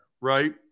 right